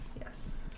Yes